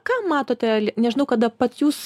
ką matote nežinau kada pats jūs